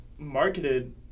Marketed